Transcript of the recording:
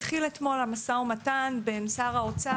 אתמול התחיל משא ומתן בין שר האוצר,